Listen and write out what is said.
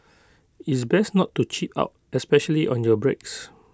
it's best not to cheap out especially on your brakes